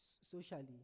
socially